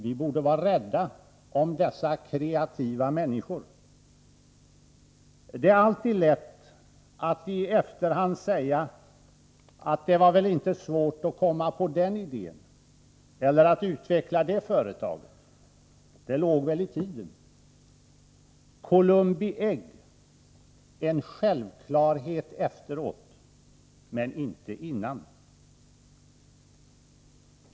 Vi borde vara rädda om dessa kreativa människor. Det är alltid lätt att i efterhand säga att det var väl inte svårt att komma på den idén eller att utveckla det företaget. Det låg väl i tiden. Columbi ägg — en självklarhet efteråt, men inte innan.